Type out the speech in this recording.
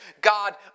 God